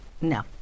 No